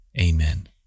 Amen